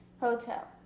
hotel